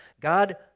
God